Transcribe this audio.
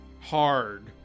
hard